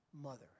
mother